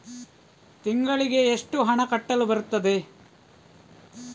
ತಿಂಗಳಿಗೆ ಎಷ್ಟು ಹಣ ಕಟ್ಟಲು ಬರುತ್ತದೆ?